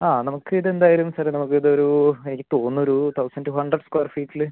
ആ നമുക്ക് ഇതെന്തായാലും സാറെ നമുക്കിതൊരൂ എനിക്ക് തോന്നുന്നൊരു തൗസൻ്റ് റ്റു ഹൺഡ്രഡ് സ്ക്വയർ ഫീറ്റിൽ